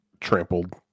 trampled